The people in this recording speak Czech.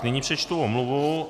Nyní přečtu omluvu.